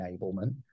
enablement